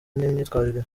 n’imyitwarire